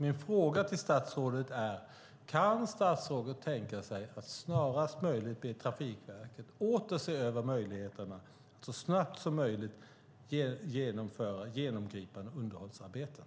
Min fråga till statsrådet är: Kan statsrådet tänka sig att snarast möjligt be Trafikverket att åter se över möjligheterna att så snabbt som möjligt genomföra genomgripande underhållsarbeten?